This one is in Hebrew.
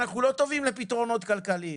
אנחנו לא טובים לפתרונות כלכליים.